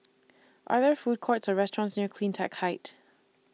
Are There Food Courts Or restaurants near CleanTech Height